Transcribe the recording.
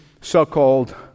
so-called